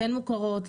כן מוכרות,